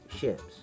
ships